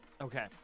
Okay